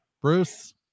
Bruce